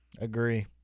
Agree